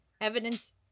evidence